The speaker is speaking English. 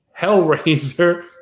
Hellraiser